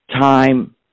time